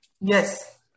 yes